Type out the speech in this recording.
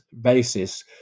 basis